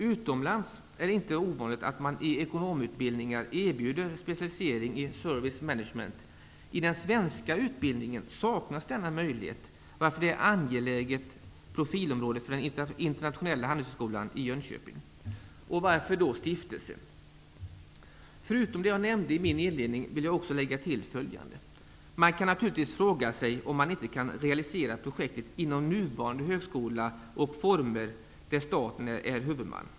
Utomlands är det inte ovanligt att man i ekonomutbildningar erbjuder specialisering i service management. I den svenska utbildningen saknas denna möjlighet, varför det är ett engeläget profilområde för den internationella handelshögskolan i Jönköping. Varför då stiftelse? Förutom det jag nämnde i min inledning vill jag anföra följande. Man kan naturligtvis fråga sig om man inte kan realisera projektet inom nuvarande högskola och former där staten är huvudman.